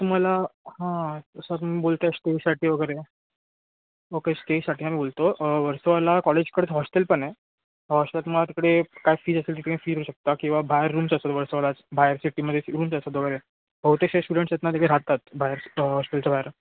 जर तुम्हाला हां सर तुम्ही बोलताय स्टेसाठी वगैरे ओके स्टेसाठी आम्ही बोलतो वर्सोवाला कॉलेजकडे हॉस्टेल पण आहे हॉस्टेलात तुम्हाला तिकडे काय फी असेल तिथे फिरू शकता किंवा बाहेर रूम्स असतो वर्सोवाला बाहेर सिटीमध्ये रूम्स असतात वगैरे बहुतेक असे स्टुडंट्स आहेत ना तिथे राहतात बाहेर हॉस्टेलच्या बाहेर